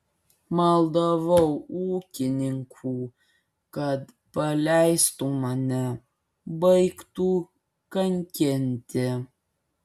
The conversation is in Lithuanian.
maldavau ūkininkų kad paleistų mane baigtų kankinti